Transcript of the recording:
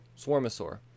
swarmosaur